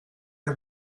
der